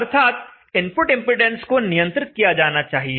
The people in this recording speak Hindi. अर्थात इनपुट इंपेडेंस को नियंत्रित किया जाना चाहिए